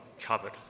covered